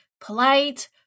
polite